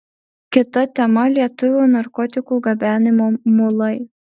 kita tema lietuvių narkotikų gabenimo mulai